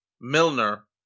Milner